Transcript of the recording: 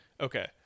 Okay